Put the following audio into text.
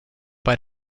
bei